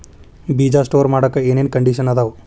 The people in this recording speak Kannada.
ಬೇಜ ಸ್ಟೋರ್ ಮಾಡಾಕ್ ಏನೇನ್ ಕಂಡಿಷನ್ ಅದಾವ?